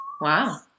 Wow